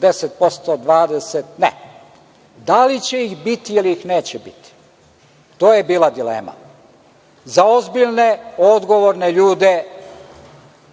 10%, 20%, ne, nego – da li će ih biti ili neće biti. To je bila dilema.Za ozbiljne, odgovorne ljude,